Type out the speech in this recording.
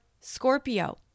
Scorpio